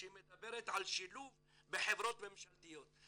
כשהיא מדברת על שילוב בחברות ממשלתיות.